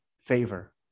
favor